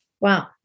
Wow